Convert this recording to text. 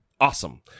Awesome